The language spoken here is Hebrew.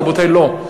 רבותי, לא.